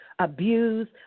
abuse